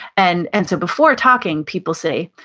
and and so before talking people say,